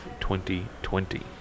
2020